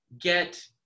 get